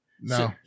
No